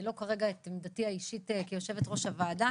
לא כרגע את עמדתי האישית כיושבת ראש הוועדה,